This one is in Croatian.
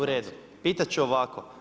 U redu, pitati ću ovako.